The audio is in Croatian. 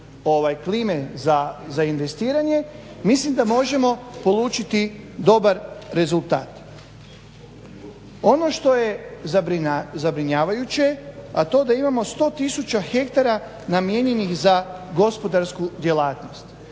klime za investiranje. Mislim da možemo polučiti dobar rezultat. Ono što je zabrinjavajuće a to da imamo sto tisuća hektara namijenjenih za gospodarsku djelatnost.